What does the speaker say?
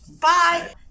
Bye